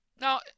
Now